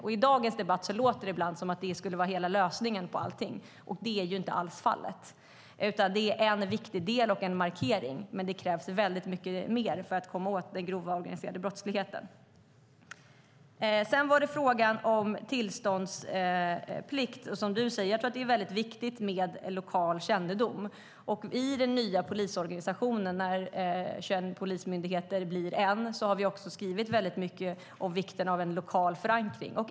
I dagens debatt låter det ibland som om det skulle vara hela lösningen på allting, och det är inte alls fallet. Det är en viktig del och en markering, men det krävs väldigt mycket mer för att komma åt den grova organiserade brottsligheten. Sedan var det frågan om tillståndsplikt. Som du säger är det väldigt viktigt med lokal kännedom. I den nya polisorganisationen, när 21 polismyndigheter blir en, har vi också skrivit mycket om vikten av en lokal förankring.